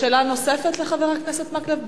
שאלה נוספת לחבר הכנסת מקלב?